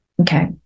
Okay